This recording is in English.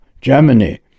Germany